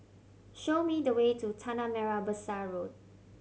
show me the way to Tanah Merah Besar Road